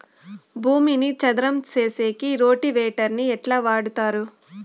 భూమిని చదరం సేసేకి రోటివేటర్ ని ఎట్లా వాడుతారు?